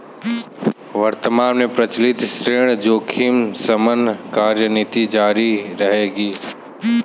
वर्तमान में प्रचलित ऋण जोखिम शमन कार्यनीति जारी रहेगी